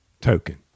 token